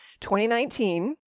2019